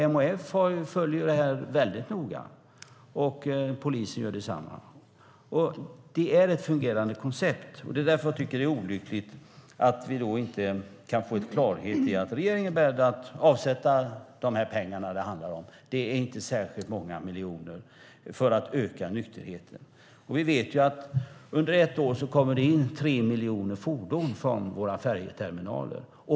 MHF följer det här väldigt noga, och polisen gör detsamma. Det är ett fungerande koncept. Det är därför som jag tycker att det är olyckligt att vi inte kan få ett klart besked om att regeringen är beredd att avsätta de pengar som det handlar om - det är inte särskilt många miljoner - för att öka nykterheten. Vi vet att under ett år kommer det in tre miljoner fordon till våra färjeterminaler.